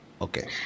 Okay